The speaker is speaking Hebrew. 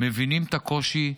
מבינים את הקושי,